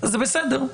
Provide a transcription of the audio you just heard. זה בסדר.